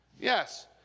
Yes